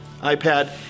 iPad